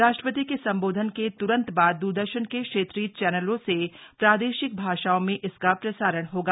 राष्ट्रपति के संबोधन के तुरंत बाद द्रदर्शन के क्षेत्रीय चैनलों से प्रादेशिक भाषाओं में इसका प्रसारण होगा